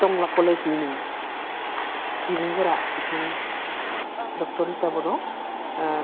टंला कलेजनिनो बिबुंगोरा बिथां डक्टर रिटा बर'